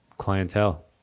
clientele